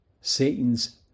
Satan's